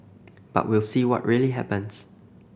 but we'll see what really happens